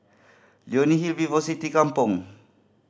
Leonie Hill VivoCity Kampong